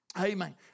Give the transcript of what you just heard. Amen